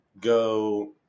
go